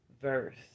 Verse